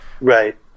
Right